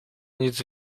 nic